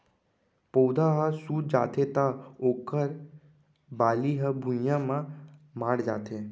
पउधा ह सूत जाथे त ओखर बाली ह भुइंया म माढ़ जाथे